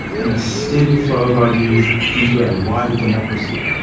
and a steady flow of ideas into our wider democracy.